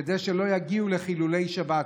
כדי שלא יגיעו לחילולי שבת,